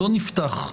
אני מסכימה